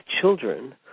children